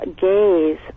gaze